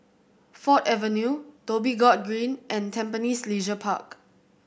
Ford Avenue Dhoby Ghaut Green and Tampines Leisure Park